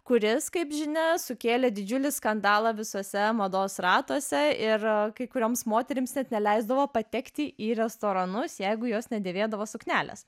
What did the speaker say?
kuris kaip žinia sukėlė didžiulį skandalą visuose mados ratuose ir kai kurioms moterims net neleisdavo patekti į restoranus jeigu jos nedėvėdavo suknelės